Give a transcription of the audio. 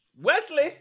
Wesley